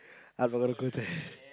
I don't wanna go there